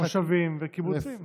מושבים וקיבוצים.